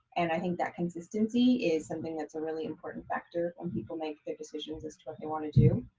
and i think that consistency is something that's a really important factor when people make their decisions as to what they want to do.